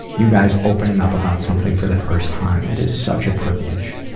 you guys opening up about something for the first time. it is such a privilege.